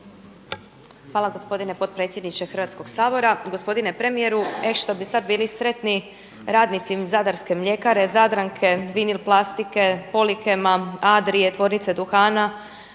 Hvala gospodine potpredsjedniče Hrvatskog sabora. Gospodine premijeru. E što bi sada bili sretni radnici Zadarske mljekare Zadranke, Vinil plastike, Polikema, Adrije tvornice duhana,